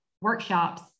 workshops